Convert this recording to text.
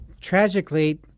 Tragically